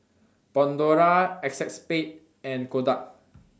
Pandora ACEXSPADE and Kodak